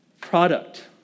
product